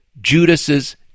Judas's